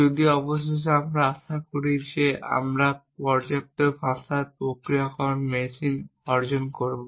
যদিও অবশেষে আমরা আশা করি যে আমরা পর্যাপ্ত ভাষার প্রক্রিয়াকরণগুলি মেশিন অর্জন করবে